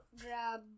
Grab